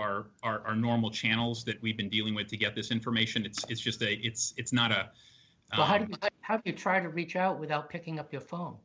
our our our normal channels that we've been dealing with to get this information it's just a it's not a have you tried to reach out without picking up your phone